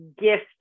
gift